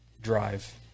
drive